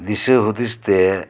ᱫᱤᱥᱟᱹ ᱦᱩᱫᱤᱥ ᱛᱮ